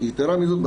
יתרה מזאת,